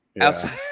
outside